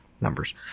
numbers